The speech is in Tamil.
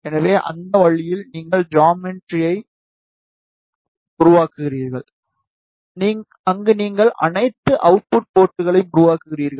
எனவே அந்த வழியில் நீங்கள் ஜாமெட்ரியை உருவாக்குவீர்கள் அங்கு நீங்கள் அனைத்து அவுட்புட் போர்ட்களையும் உருவாக்குவீர்கள்